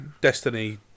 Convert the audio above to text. Destiny